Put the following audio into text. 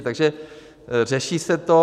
Takže řeší se to.